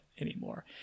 anymore